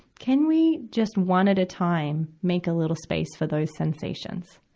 can we just, one at a time, make a little space for those sensations?